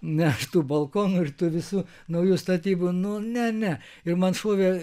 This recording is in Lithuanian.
ne aš tų balkonų ir tų visų naujų statybų nu ne ne ir man šovė